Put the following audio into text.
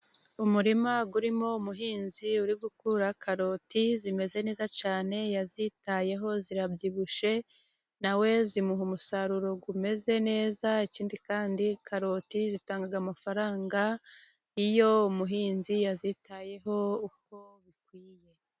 Umurima urimo umuhinzi uri gukura karoti zimeze neza cyane, yazitayeho, zirabyibushye, na we zimuha umusaruro umeze neza. Ikindi kandi, karoti zitanga amafaranga iyo umuhinzi yazitayeho uko bikwiye.